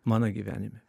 mano gyvenime